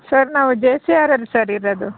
sir ನಾವು J C R M sir ಇರೋದು